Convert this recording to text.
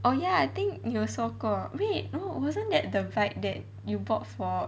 oh ya I think 你有说过 wait wasn't that the bike that you bought for